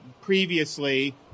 previously